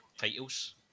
titles